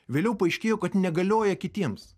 vėliau paaiškėjo kad negalioja kitiems